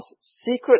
secret